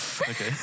Okay